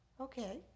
okay